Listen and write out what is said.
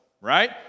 right